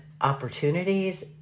opportunities